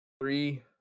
three